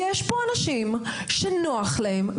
יש פה אנשים שנוח להם,